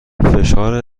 فشار